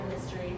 history